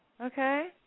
Okay